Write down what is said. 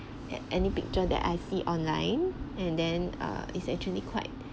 at any picture that I see online and then err it's actually quite